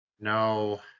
no